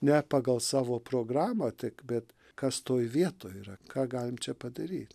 ne pagal savo programą tik bet kas toj vietoj yra ką galim čia padaryt